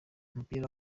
umupira